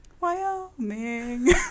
Wyoming